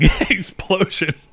explosion